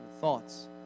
thoughts